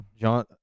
John